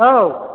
औ